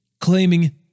claiming